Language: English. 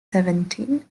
seventeen